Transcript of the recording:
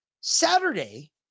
Saturday